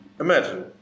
imagine